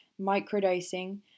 microdosing